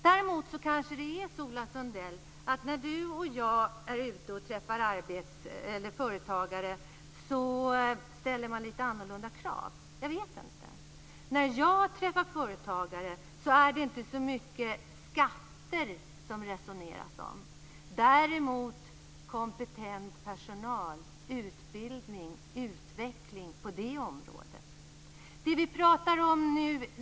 Det är kanske så, Ola Sundell, att man när du och jag är ute och träffar företagare ställer lite olika krav; jag vet inte. När jag träffar företagare är det inte så mycket skatter som det resoneras om. Däremot handlar det om kompetent personal och om utbildning och utveckling på det området.